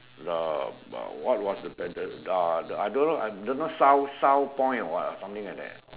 the the what was the better uh I don't know I don't know South South point or what ah something like that